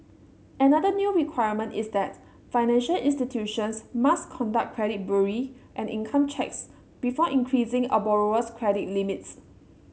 another new requirement is that financial institutions must conduct credit bureau and income checks before increasing a borrower's credit limits